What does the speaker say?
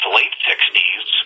late-60s